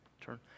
turn